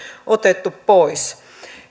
otettu pois